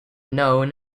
known